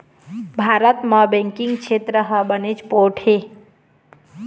भारत म बेंकिंग छेत्र ह बनेच पोठ हे